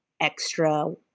extra